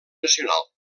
nacional